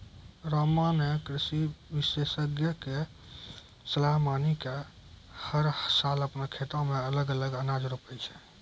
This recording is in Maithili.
रामा नॅ कृषि विशेषज्ञ के सलाह मानी कॅ हर साल आपनों खेतो मॅ अलग अलग अनाज रोपै छै